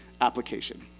application